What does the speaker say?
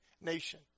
nation